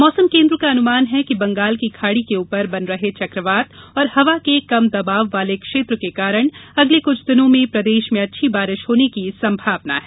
मौसम केन्द्र का अनुमान है कि बंगाल की खाड़ी के ऊपर बन रहे चक्रवात और हवा के कम दबाव वाले क्षेत्र के कारण अगले कुछ दिनों में प्रदेश में अच्छी बारिश होने की संभावना है